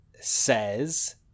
says